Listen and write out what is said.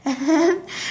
and then